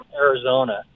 Arizona